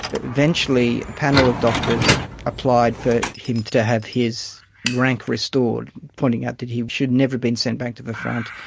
eventually a panel of doctors applied for him to have his rank restored, pointing out that he should never have been sent back to the front,